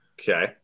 Okay